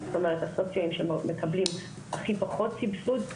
כלומר מקבלים הכי פחות סבסוד,